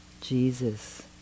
Jesus